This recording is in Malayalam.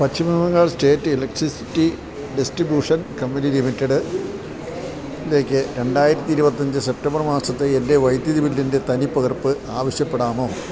പശ്ചിമബംഗാള് സ്റ്റേറ്റ് ഇലക്ട്രിസിറ്റി ഡിസ്ട്രിബ്യൂഷൻ കമ്പനി ലിമിറ്റഡിലേക്ക് രണ്ടായിരത്തി ഇരുപത്തിയഞ്ച് സെപ്റ്റമ്പർ മാസത്തെ എന്റെ വൈദ്യുതി ബില്ലിന്റെ തനിപ്പകർപ്പ് ആവശ്യപ്പെടാമോ